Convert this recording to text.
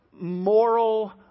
moral